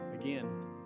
Again